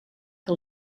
que